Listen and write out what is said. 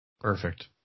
Perfect